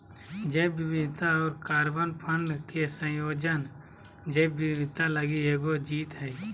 जैव विविधता और कार्बन फंड के संयोजन जैव विविधता लगी एगो जीत हइ